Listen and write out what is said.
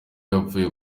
yapfuye